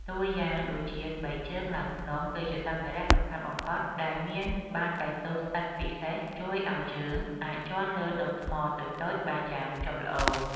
តួយ៉ាងដូចជា ស្បែកជើងឡើងភ្នំ គឺជាសម្ភារៈសំខាន់បំផុតដែលមានបាតកៅស៊ូស្អិតពិសេស ជួយឱ្យជើងអាចជាន់លើដុំថ្មតូចៗបានយ៉ាងជាប់ល្អ។